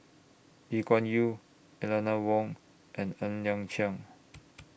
Lee Kuan Yew Eleanor Wong and Ng Liang Chiang